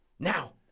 Now